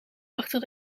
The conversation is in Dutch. achter